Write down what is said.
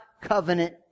covenant